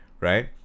Right